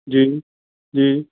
ਜੀ ਜੀ